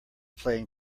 playing